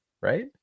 right